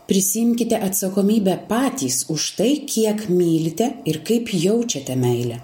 prisiimkite atsakomybę patys už tai kiek mylite ir kaip jaučiate meilę